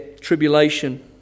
tribulation